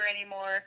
anymore